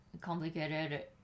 complicated